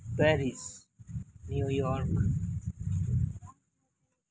Paris New York